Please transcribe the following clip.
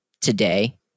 today